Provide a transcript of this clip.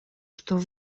что